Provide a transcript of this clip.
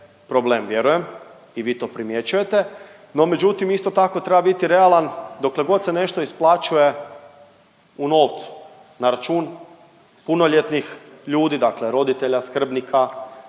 problem vjerujem i vi to primjećujete, no međutim isto tako treba biti realan dokle god se nešto isplaćuje u novcu na račun punoljetnih ljudi, dakle roditelja, skrbnika